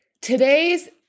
today's